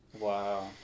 wow